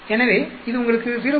எனவே இது உங்களுக்கு 0